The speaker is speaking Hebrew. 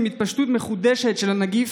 עם התפשטות מחודשת של הנגיף.